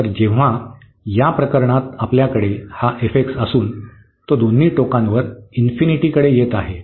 तर जेव्हा या प्रकरणात आपल्याकडे हा असून तो दोन्ही टोकांवर इन्फिनिटीकडे येत आहे